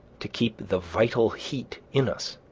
to keep the vital heat in us.